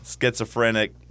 schizophrenic